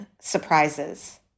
surprises